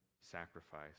sacrifice